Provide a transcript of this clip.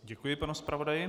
Děkuji panu zpravodaji.